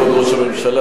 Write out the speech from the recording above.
כבוד ראש הממשלה,